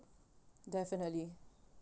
definitely